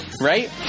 right